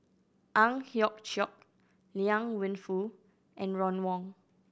Ang Hiong Chiok Liang Wenfu and Ron Wong